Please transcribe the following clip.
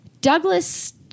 Douglas